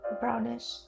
brownish